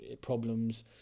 problems